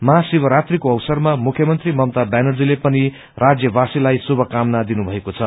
महाशिवरात्रिको अवसरमा मुख्यमंत्री ममता व्यानर्जीले पनि राज्यवासीहरूलाई शुभकामना दिनुम्नएको छ